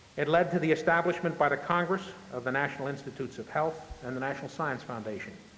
it led to the establishment by the congress of the national institutes of health and the national science foundation,